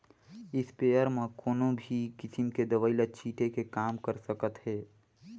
sprayer म कोनो भी किसम के दवई ल छिटे के काम कर सकत हे